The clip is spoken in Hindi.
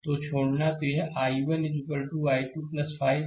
तो छोड़ना तो यह I1 I2 5 है